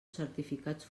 certificats